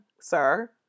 sir